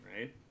right